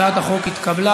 הצעת החוק התקבלה.